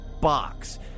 box